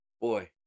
boy